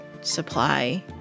supply